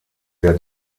der